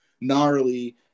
gnarly